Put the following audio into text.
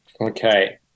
Okay